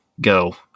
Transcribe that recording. go